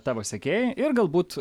tavo sekėjai ir galbūt